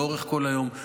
לאורך כל היום,